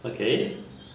okay